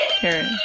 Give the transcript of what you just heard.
Karen